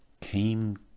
came